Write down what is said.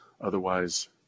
otherwise